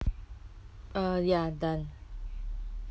uh ya done